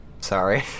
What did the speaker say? Sorry